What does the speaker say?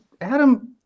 Adam